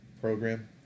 program